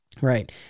Right